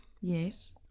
Yes